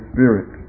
Spirit